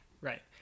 right